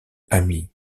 ami